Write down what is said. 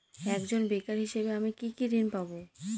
একজন বেকার হিসেবে আমি কি কি ঋণ পাব?